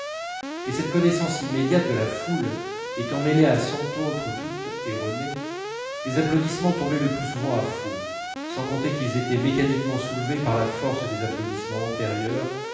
mais cette connaissance immédiate de la foule étant mêlée à cent autres toutes erronées les applaudissements tombaient le plus souvent à faux sans compter qu'ils étaient mécaniquement soulevés par la force des applaudissements antérieurs